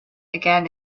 again